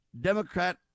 Democrat